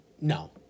No